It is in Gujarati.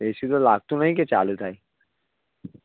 એસી તો લાગતું નહીં કે ચાલું થાય